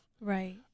Right